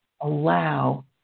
allow